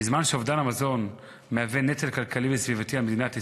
בזמן שאובדן המזון מהווה נטל כלכלי וסביבתי על מדינת ישראל,